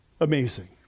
Amazing